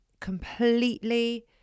completely